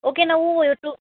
okay ನಾವು ಇವತ್ತು